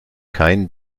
kein